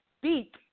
speak